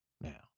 now